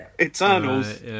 Eternals